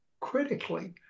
critically